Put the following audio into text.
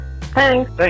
Thanks